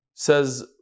says